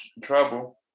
trouble